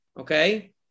okay